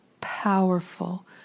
powerful